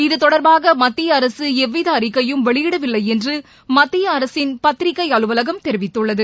இது தொடர்பாக மத்திய அரசு எவ்வித அறிக்கையையும் வெளியிடவில்லை என்று மத்திய அரசின் பத்திரிக்கை அலுவலகம் தெரிவித்துள்ளது